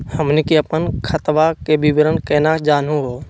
हमनी के अपन खतवा के विवरण केना जानहु हो?